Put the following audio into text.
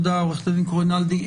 עוה"ד קורינדלי.